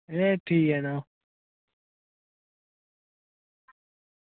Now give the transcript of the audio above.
एह् ठीक ऐ तां